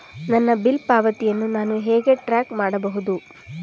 ನನ್ನ ಬಿಲ್ ಪಾವತಿಯನ್ನು ನಾನು ಹೇಗೆ ಟ್ರ್ಯಾಕ್ ಮಾಡಬಹುದು?